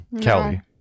Kelly